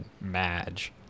Madge